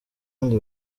bandi